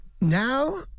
now